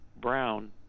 brown